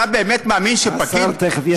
אתה באמת מאמין שפקיד, השר תכף ישיב לזה.